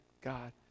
God